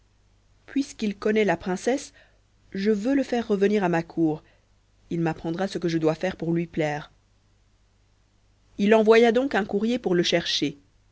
puisqu'il connaît ma princesse je veux le faire revenir à ma cour il m'apprendra ce que je dois faire pour lui plaire il envoya donc un courrier pour le chercher